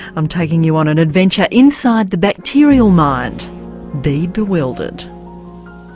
i'm taking you on an adventure inside the bacterial mind be bewildered